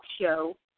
show